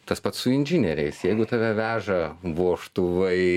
tas pats su inžinieriais jeigu tave veža vožtuvai tai